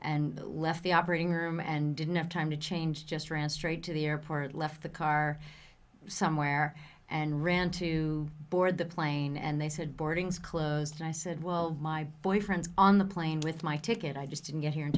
and left the operating room and didn't have time to change just ran straight to the airport left the car somewhere and ran to board the plane and they said boardings closed and i said well my boyfriend on the plane with my ticket i just didn't get here